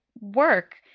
work